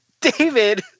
David